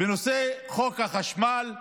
בנושא חוק החשמל,